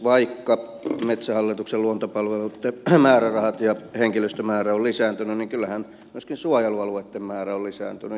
vaikka metsähallituksen luontopalveluitten määrärahat ja henkilöstömäärä ovat lisääntyneet niin kyllähän myöskin suojelualueitten määrä on lisääntynyt